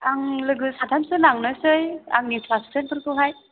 आं लोगो साथामसो लांनोसै आंनि क्लास फ्रेन्डफोरखौहाय